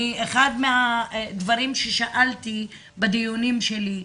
אחד מהדברים ששאלתי בדיונים שלי,